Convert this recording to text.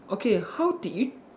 okay how did you